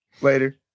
Later